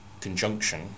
conjunction